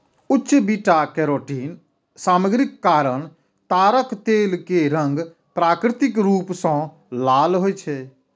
उच्च beta carotene सामग्रीक कारण ताड़क तेल के रंग प्राकृतिक रूप सं लाल होइ छै